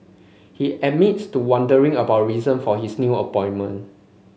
he admits to wondering about reason for his new appointment